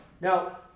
Now